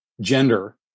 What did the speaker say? gender